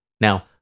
Now